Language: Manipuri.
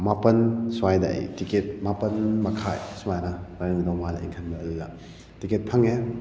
ꯃꯥꯄꯜ ꯁ꯭ꯋꯥꯏꯗ ꯑꯩ ꯇꯤꯀꯦꯠ ꯃꯥꯄꯜ ꯃꯈꯥꯏ ꯁꯨꯃꯥꯏꯅ ꯑꯣꯏꯔꯝꯒꯗꯧ ꯃꯥꯜꯂꯦ ꯑꯩꯅ ꯈꯟꯕꯗ ꯑꯗꯨꯗ ꯇꯤꯀꯦꯠ ꯐꯪꯉꯦ